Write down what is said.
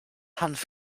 hanf